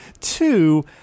Two